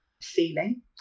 feeling